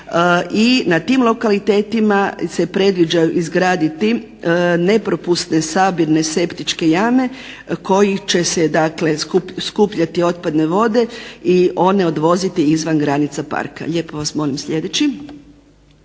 i na tim lokalitetima se predviđa izgraditi nepropusne sabirne septičke jame kojih će dakle skupljati otpadne vode i one odvoziti izvan granica parka. Lijepo vas molim sljedeći.